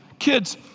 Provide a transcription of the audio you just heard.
Kids